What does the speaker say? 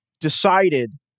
decided